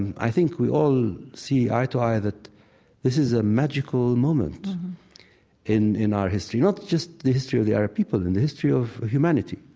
and i think we all see eye to eye that this is a magical moment in in our history mm-hmm not just the history of the arab people, in the history of humanity,